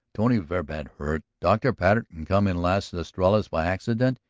tony ver' bad hurt. dr. patten come in las estrellas by accident,